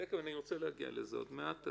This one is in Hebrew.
תכף, אני רוצה להגיע לזה עוד מעט.